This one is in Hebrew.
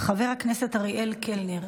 חבר הכנסת אריאל קלנר,